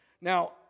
Now